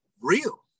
real